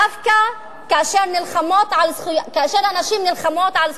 דווקא כאשר הנשים נלחמות על זכויותיהן,